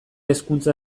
hezkuntza